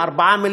של 4 מיליארד,